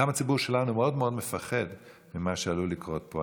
גם הציבור שלנו מאוד מאוד מפחד ממה שעלול לקרות פה.